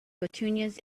petunias